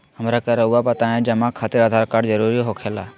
हमरा के रहुआ बताएं जमा खातिर आधार कार्ड जरूरी हो खेला?